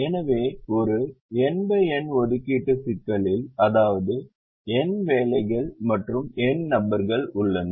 எனவே ஒரு n n ஒதுக்கீட்டு சிக்கலில் அதாவது n வேலைகள் மற்றும் n நபர்கள் உள்ளனர்